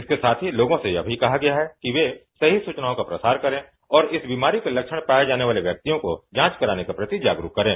इसके साथ ही लोगों से यह भी कहा गया है कि वे सही सूचनाओं का प्रसार करें और इस बीमारी के लक्षण पाए जाने वाले व्यक्तियों को जांच कराने के प्रति जागरूक करें